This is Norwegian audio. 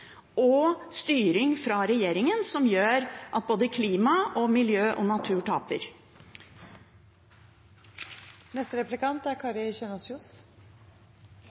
og styring fra regjeringen som gjør at både klima, miljø og natur